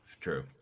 True